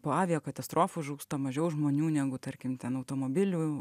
po aviakatastrofų žūsta mažiau žmonių negu tarkim ten automobilių